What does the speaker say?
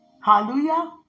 Hallelujah